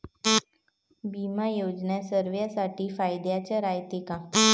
बिमा योजना सर्वाईसाठी फायद्याचं रायते का?